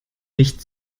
nicht